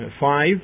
five